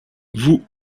vous